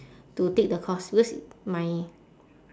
to take the course because my